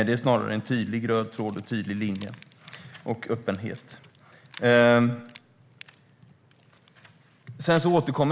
Det finns snarare en tydlig röd tråd och en tydlig linje och öppenhet.